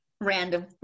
random